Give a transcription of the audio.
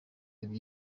ibyo